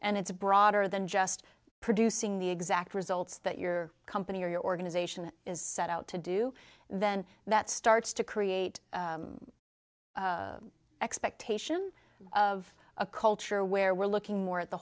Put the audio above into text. and it's broader than just producing the exact results that your company or your organization is set to do then that starts to create expectation of a culture where we're looking more at the